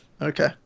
Okay